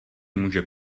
může